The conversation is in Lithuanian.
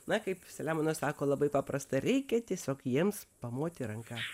na kaip selemonas sako labai paprasta reikia tiesiog jiems pamoti ranka